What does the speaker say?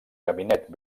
gabinet